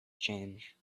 change